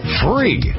free